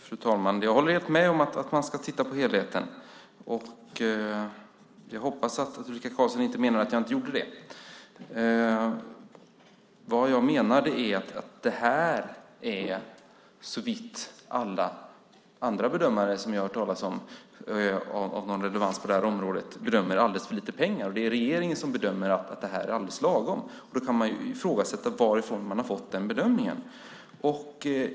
Fru talman! Jag håller helt med om att man ska titta på helheten, och jag hoppas att Ulrika Carlsson inte menar att jag inte gjorde det. Enligt alla andra bedömare av någon relevans på det här området som jag har hört talas om är det här alldeles för lite pengar. Det är regeringen som bedömer att det är alldeles lagom. Då kan man ifrågasätta varifrån man har fått den bedömningen.